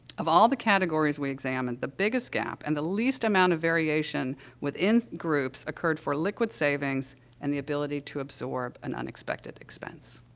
of all the categories we examined, the biggest gap and the least amount of variation within groups occurred for liquid savings and the ability to absorb an unexpected expense.